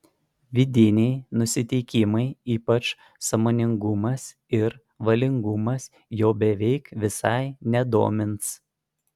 vidiniai nusiteikimai ypač sąmoningumas ir valingumas jo beveik visai nedomins